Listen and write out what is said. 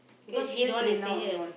because he don't wanna stay here